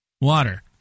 water